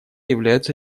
являются